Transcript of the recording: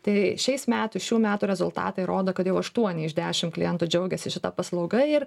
tai šiais metais šių metų rezultatai rodo kad jau aštuoni iš dešim klientų džiaugiasi šita paslauga ir